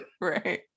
Right